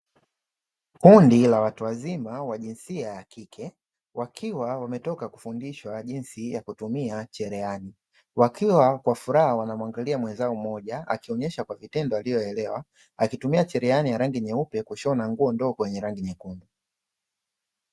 Kundi la watu wazima wa jinsia ya kike wakiwa wametoka kufundishwa jinsi ya kutumia cherehani, wakiwa kwa furaha wanamwangalia mwenzao mmoja akionyesha kwa vitendo aliyoelewa, akitumia cherehani ya rangi nyeupe kushona nguo ndogo yenye rangi nyekundu.